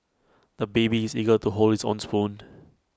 the baby is eager to hold his own spoon